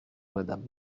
madame